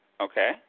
okay